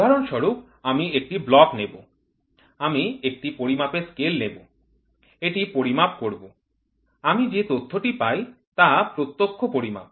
উদাহরণস্বরূপ আমি একটি ব্লক নেব আমি একটি পরিমাপের স্কেল নেব এটি পরিমাপ করব আমি যে তথ্যটি পাই তা প্রত্যক্ষ পরিমাপ